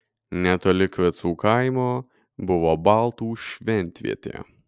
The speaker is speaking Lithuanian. netoli kvecų kaimo buvo baltų šventvietė